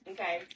Okay